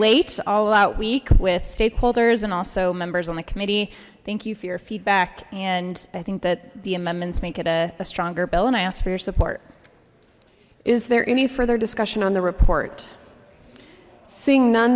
late all out week with stakeholders and also members on the committee thank you for your feedback and i think that the amendments make it a stronger bill and i ask for your support is there any further discussion on the report seeing none